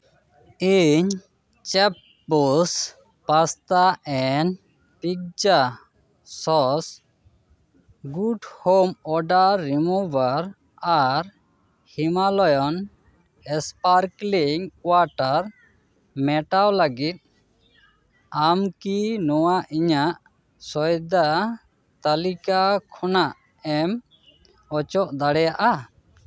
ᱤᱧ ᱪᱤᱯᱵᱚᱥ pasta and pizza sauce good home order ᱨᱤᱢᱩᱵᱷᱟᱨ ᱟᱨ ᱦᱤᱢᱟᱞᱚᱭᱚᱱ ᱥᱯᱟᱨᱠᱞᱤᱝ ᱳᱣᱟᱴᱟᱨ ᱢᱮᱴᱟᱣ ᱞᱟᱹᱜᱤᱫ ᱟᱢᱠᱤ ᱱᱚᱣᱟ ᱤᱧᱟᱹᱜ ᱥᱚᱭᱫᱟ ᱛᱟᱹᱞᱤᱠᱟ ᱠᱷᱚᱱᱟᱜ ᱮᱢ ᱚᱪᱚᱜ ᱫᱟᱲᱮᱭᱟᱜᱼᱟ